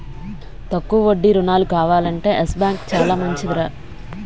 తక్కువ వడ్డీ రుణాలు కావాలంటే యెస్ బాంకు చాలా మంచిదిరా